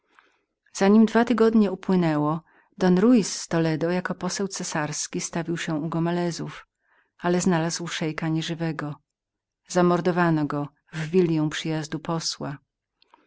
nim piętnaście dni upłynęło don ruys z toledo jako poseł cesarski stawił się u gomelezów ale znalazł szeika nieżywego zamordowano go w wiliję przyjazdu posła